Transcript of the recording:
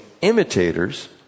imitators